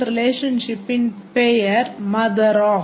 Association relationshipன் பெயர் motherOf